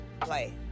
play